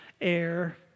air